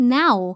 now